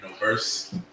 verse